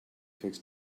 fix